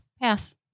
Pass